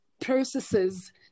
processes